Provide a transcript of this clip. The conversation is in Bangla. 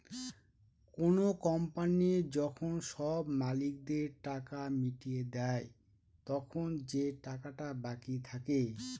কোনো কোম্পানি যখন সব মালিকদের টাকা মিটিয়ে দেয়, তখন যে টাকাটা বাকি থাকে